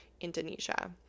Indonesia